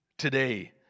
today